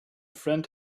friend